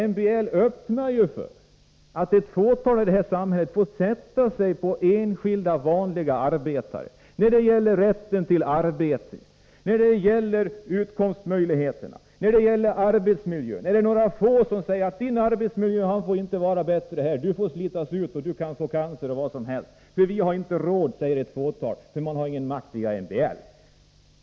MBL öppnar för att ett fåtal i det här samhället får sätta sig på enskilda arbetare när det gäller rätten till arbete, när det gäller utkomstmöjligheterna osv. Några få säger till den enskilde arbetaren: Din arbetsmiljö får inte vara bättre. Du får slitas ut, du kan få cancer och vad som helst, för vi har inte råd! Så går det till därför att arbetarna inte har någon makt via MBL.